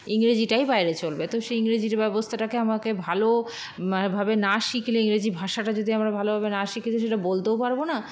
ইংরেজিটাই বাইরে চলবে তো সেই ইংরেজিটা ব্যবস্থাটাকে আমাকে ভাল ভাবে না শিখলে ইংরেজি ভাষাটা যদি আমরা ভাল ভাবে না শিখি বলতেও পারবো না